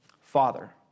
Father